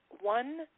one